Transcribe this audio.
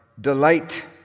delight